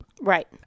Right